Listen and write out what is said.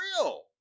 real